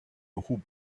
who